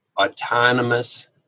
autonomous